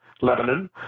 lebanon